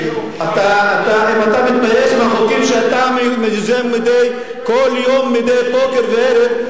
אם אתה מתבייש בחוקים שאתה מזוהה אתם כל יום מדי בוקר וערב,